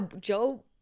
Joe